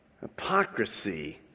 hypocrisy